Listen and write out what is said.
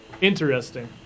interesting